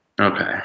Okay